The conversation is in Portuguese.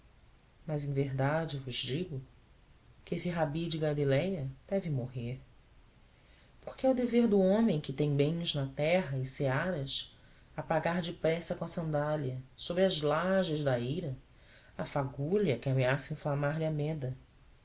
mas em verdade vos digo que esse rabi de galiléia deve morrer porque é o dever do homem que tem bens na terra e searas apagar depressa com a sandália sobre as lajes da eira a fagulha que ameaça inflamar lhe a meda